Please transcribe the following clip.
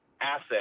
asset